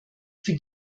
für